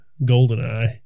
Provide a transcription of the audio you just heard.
GoldenEye